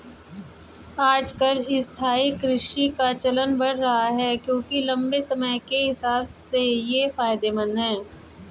आजकल स्थायी कृषि का चलन बढ़ रहा है क्योंकि लम्बे समय के हिसाब से ये फायदेमंद है